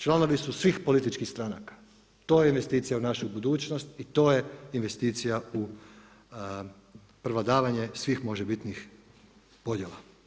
Članovi su svih političkih stranaka, to je investicija u našu budućnost i to je investicija u prevladavanje svih možebitnih podjela.